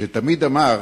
שתמיד אמר